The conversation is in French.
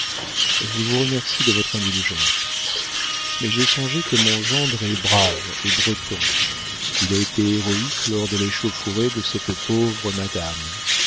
je vous remercie de votre indulgence mais j'ai songé que mon gendre est brave et breton il a été héroïque lors de l'échauffourée de cette pauvre madame